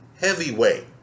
heavyweight